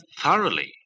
thoroughly